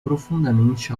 profundamente